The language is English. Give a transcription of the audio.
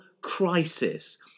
crisis